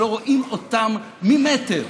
שלא רואים אותם ממטר.